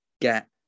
get